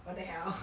what the hell